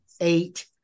eight